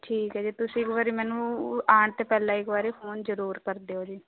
ਠੀਕ ਹੈ ਜੀ ਤੁਸੀਂ ਇੱਕ ਵਾਰੀ ਮੈਨੂੰ ਆਉਣ ਤੋਂ ਪਹਿਲਾਂ ਇੱਕ ਵਾਰੀ ਫ਼ੋਨ ਜ਼ਰੂਰ ਕਰ ਦਿਓ ਜੀ